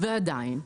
ועדיין,